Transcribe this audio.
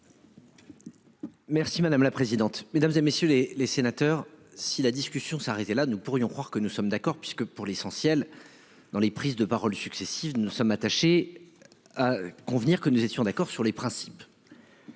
Merci madame la présidente, mesdames et messieurs les les sénateurs si la discussion s'arrêter là nous pourrions croire que nous sommes d'accord puisque, pour l'essentiel dans les prises de parole successives, nous sommes attachés. Convenir que nous étions d'accord sur les principes.